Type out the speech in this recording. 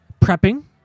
prepping